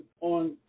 on